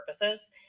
purposes